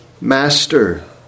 Master